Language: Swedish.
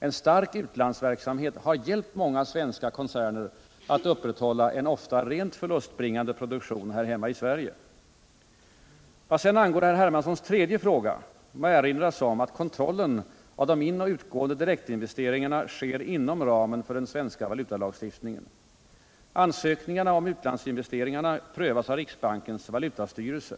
En stark utlandsverksamhet har hjälpt många svenska koncerner att upprätthålla en ofta rent förlustbringande produktion i Sverige. Vad sedan angår herr Hermanssons tredje fråga må erinras om att kontrollen av de inoch utgående direktinvesteringarna sker inom ramen för den svenska valutalagstiftningen. Ansökningarna om utlandsinvesteringarna prövas av riksbankens valutastyrelse.